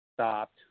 stopped